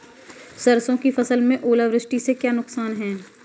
सरसों की फसल में ओलावृष्टि से क्या नुकसान है?